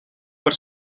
per